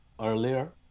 earlier